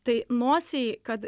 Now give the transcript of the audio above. tai nosį kad